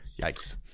Yikes